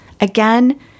Again